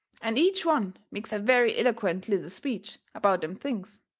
and each one makes a very eloquent little speech about them things,